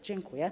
Dziękuję.